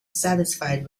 satisfied